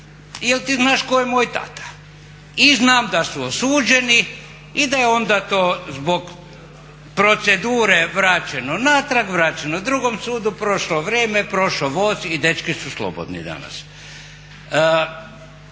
jel' ti znaš tko je moj tata? I znam da su osuđeni i da je onda to zbog procedure vraćeno natrag, vraćeno drugom sudu, prošlo vrijeme, prošao voz i dečki su slobodni danas.